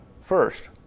first